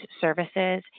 services